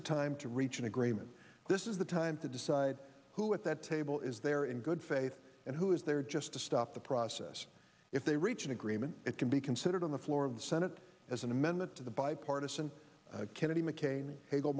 the time to reach an agreement this is the time to decide who at that table is there in good faith and who is there just to stop the process if they reach an agreement it can be considered on the floor of the senate as an amendment to the bipartisan kennedy mccain